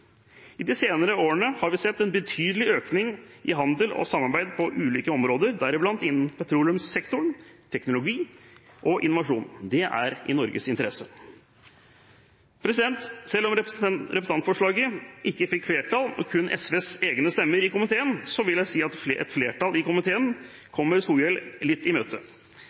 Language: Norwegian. I de senere årene har vi sett en betydelig økning i handel og samarbeid på ulike områder, deriblant innen petroleumssektoren, teknologi og innovasjon. Det er i Norges interesse. Selv om representantforslaget ikke får flertall og får kun SVs egne stemmer i komiteen, vil jeg si at et flertall i komiteen kommer Solhjell litt i møte.